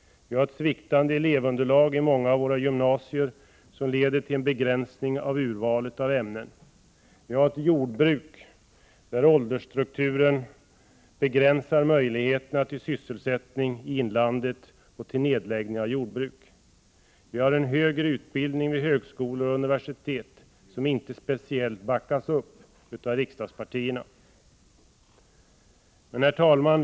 Vi har ett sviktande elevunderlag i många av våra gymnasier, som leder till en begränsning av urvalet av ämnen. Vi har ett jordbruk där åldersstrukturen begränsar möjligheterna till sysselsättning i inlandet och till nedläggning av jordbruk. Vi har en högre utbildning vid högskolor och universitet som inte speciellt backas upp av riksdagspartierna. Herr talman!